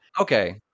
okay